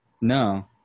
No